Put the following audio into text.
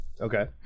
Okay